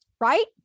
right